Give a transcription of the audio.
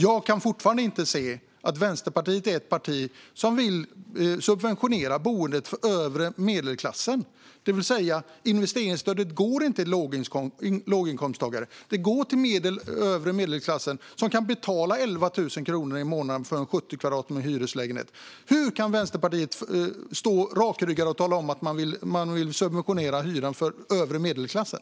Jag kan fortfarande inte se annat än att Vänsterpartiet är ett parti som vill subventionera boende för övre medelklassen, det vill säga att investeringsstödet inte går till låginkomsttagare. Det går till den övre medelklassen, som kan betala 11 000 kronor i månaden för en hyreslägenhet på 70 kvadratmeter. Kan Vänsterpartiet stå rakryggat och tala om att man vill subventionera hyran för den övre medelklassen?